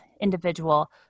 individual